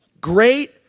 Great